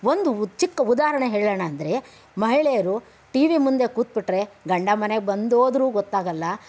ಒಂದು ಚಿಕ್ಕ ಉದಾಹರಣೆ ಹೇಳೋಣ ಅಂದರೆ ಮಹಿಳೆಯರು ಟಿ ವಿ ಮುಂದೆ ಕೂತುಬಿಟ್ರೆ ಗಂಡ ಮನೆಗೆ ಬಂದೋದ್ರು ಗೊತ್ತಾಗಲ್ಲ